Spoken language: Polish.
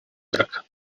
brak